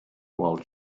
while